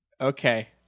Okay